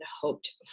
hoped